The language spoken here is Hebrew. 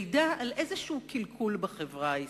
מעידה על קלקול בחברה הישראלית.